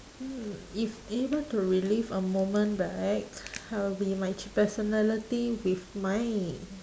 hmm if able to relive a moment back I would be my che~ personality with my